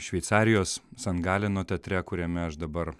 šveicarijos san galeno teatre kuriame aš dabar